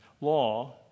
law